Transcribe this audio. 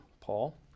Paul